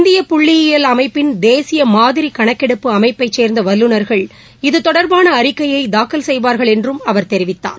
இந்திய புள்ளியியல் அமைப்பின் தேசிய மாதிரி கணக்கெடுப்பு அமைப்பை சேர்ந்த வல்லுநர்கள் இதுதொடர்பான அறிக்கையை தாக்கல் செய்வார்கள் என்று அவர் தெரிவித்தார்